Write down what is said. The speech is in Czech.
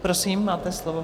Prosím, máte slovo.